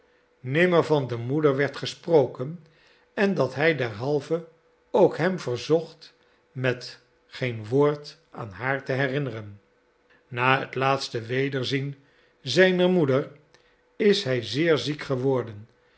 nimmer van de moeder werd gesproken en dat hij derhalve ook hem verzocht met geen woord aan haar te herinneren na het laatste wederzien zijner moeder is hij zeer ziek geworden